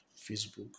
Facebook